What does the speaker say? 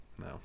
no